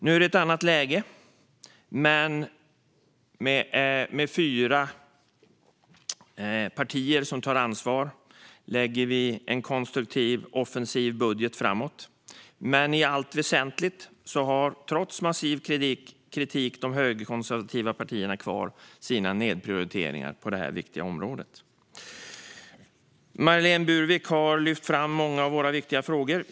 Nu är det ett annat läge, med fyra partier som tar ansvar och lägger fram en konstruktiv och offensiv budget. Men i allt väsentligt har de högerkonservativa partierna trots massiv kritik kvar sina nedprioriteringar på detta viktiga område. Marlene Burwick har lyft fram många av våra viktiga frågor.